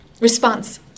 response